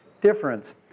difference